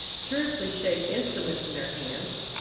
curiously-shaped instruments in their hands,